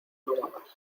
nómadas